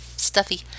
Stuffy